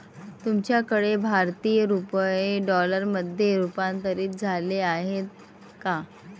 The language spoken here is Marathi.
तुमच्याकडे भारतीय रुपये डॉलरमध्ये रूपांतरित झाले आहेत का?